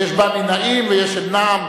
יש בה "נַעִים" ויש את "נעם".